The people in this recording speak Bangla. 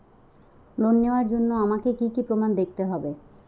লোন নেওয়ার জন্য আমাকে কী কী প্রমাণ দেখতে হবে?